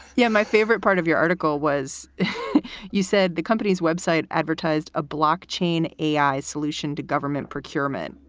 yeah. my favorite part of your article was you said the company's web site advertised a block chain a i. solution to government procurement,